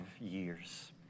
years